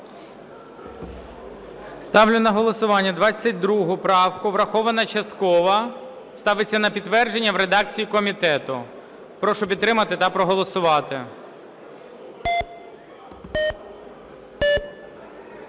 Ставлю на голосування 22 правку. Врахована частково. Ставиться на підтвердження в редакції комітету. Прошу підтримати та проголосувати.